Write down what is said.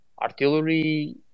Artillery